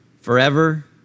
forever